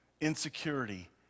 insecurity